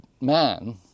man